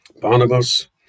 Barnabas